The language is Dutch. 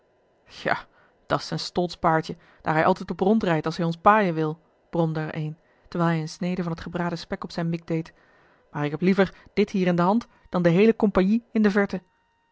krijgen ja dat's zijn stokpaardje daar hij altijd op rondrijdt als hij ons paaien wil bromde er een terwijl hij eene snede van t gebraden spek op zijn mik deed maar ik heb liever dit hier in de hand dan de heele compagnie in de verte